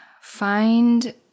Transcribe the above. find